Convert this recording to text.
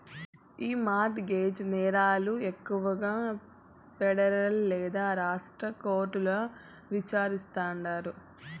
ఈ mortgage నేరాలు ఎక్కువగా పెడరల్ లేదా రాష్ట్ర కోర్టుల్ల విచారిస్తాండారు